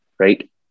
right